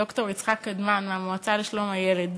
ד"ר יצחק קדמן מהמועצה לשלום הילד.